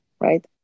right